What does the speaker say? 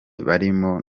barimo